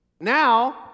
Now